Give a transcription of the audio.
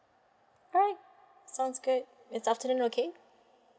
alright sounds good is afternoon okay